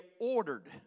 ordered